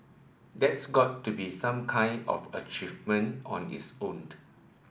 that's got to be some kind of achievement on its owned